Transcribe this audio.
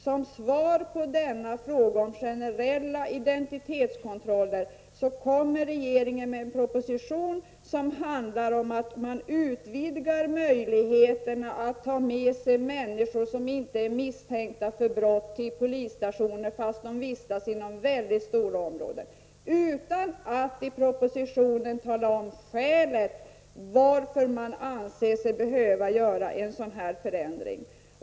Som svar på denna fråga om generella identitetskontroller kommer regeringen med en proposition som handlar om att man utvidgar möjligheterna att ta med sig människor som inte är misstänkta för brott till polisstationen fast de vistas inom väldigt stora områden, utan att man i propositionen anger skälet till att man anser sig behöva göra en sådan förändring.